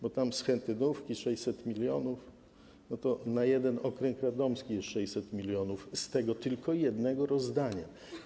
Bo schetynówki to 600 mln, a tu na jeden okręg radomski jest 600 mln, z tego tylko jednego rozdania.